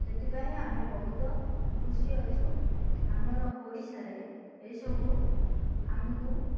ସେଥିପାଇଁ ଆମେ ବହୁତ ଖୁସି ଅଛୁ ଆମର ଓଡ଼ିଶାରେ ଏସବୁ ଆମକୁ